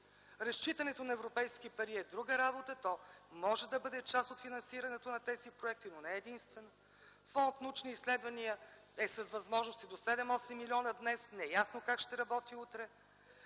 Разчитането на европейски пари е друга работа, то може да бъде част от финансирането на тези проекти, но не единствено. Фонд „Научни изследвания” е с възможности до 7-8 милиона днес – неясно как ще работи утре.